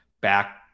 back